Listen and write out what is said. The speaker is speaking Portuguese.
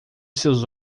seus